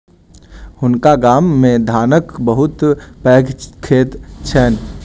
हुनका गाम मे धानक बहुत पैघ खेत छैन